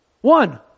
One